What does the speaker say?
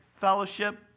fellowship